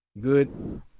good